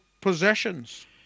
possessions